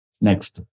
Next